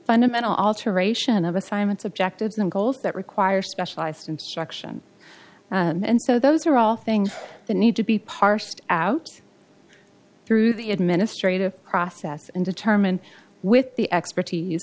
fundamental alteration of assignments objectives and goals that require specialized instruction and so those are all things that need to be parsed out through the administrative process and determine with the expertise